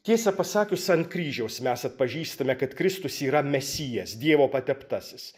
tiesą pasakius ant kryžiaus mes atpažįstame kad kristus yra mesijas dievo pateptasis